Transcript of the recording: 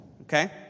Okay